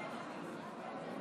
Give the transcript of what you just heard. חברת הכנסת סטרוק.